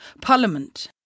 Parliament